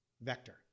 vector